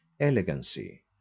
elegancy